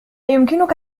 يمكنك